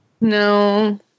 No